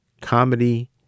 comedy